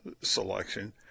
selection